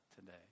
today